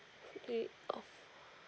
okay oh